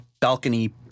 balcony